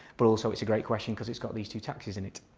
but also it's a great question because it's got these two taxes in it.